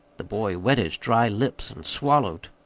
the boy wet his dry lips and swallowed.